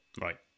Right